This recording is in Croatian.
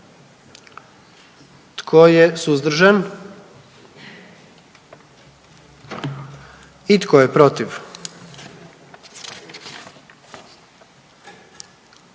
Tko je suzdržan? I tko je protiv?